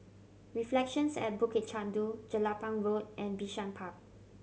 Reflections at Bukit Chandu Jelapang Road and Bishan Park